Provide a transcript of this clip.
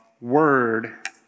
word